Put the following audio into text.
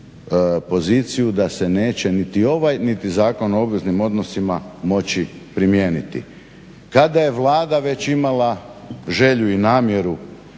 poziciju da se neće niti ovaj, niti Zakon o obveznim odnosima moći primijeniti. Kada je Vlada već imala želju i namjeru